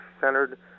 centered